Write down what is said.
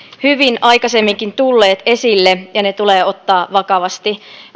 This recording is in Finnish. aikaisemminkin tulleet hyvin esille ja ne tulee ottaa vakavasti